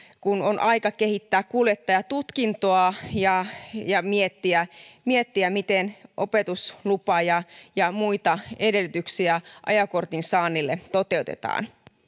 kun on aika kehittää kuljettajatutkintoa ja ja miettiä miettiä miten opetuslupa ja ja muita edellytyksiä ajokortin saannille toteutetaan